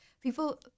people